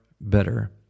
better